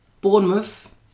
Bournemouth